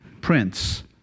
Prince